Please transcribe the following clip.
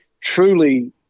truly